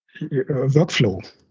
workflow